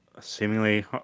seemingly